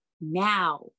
now